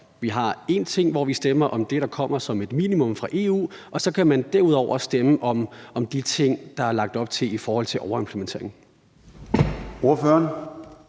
vi har én ting, hvor vi stemmer om det, der kommer som et minimum fra EU, og så kan man derudover stemme om de ting, der er lagt op til i forhold til overimplementering?